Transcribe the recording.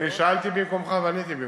אני שאלתי במקומך ועניתי במקומך.